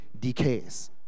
decays